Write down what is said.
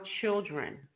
children